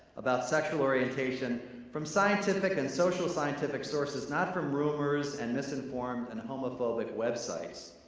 about sexual orientation from scientific and social scientific sources, not from rumors and misinformed and homophobic websites.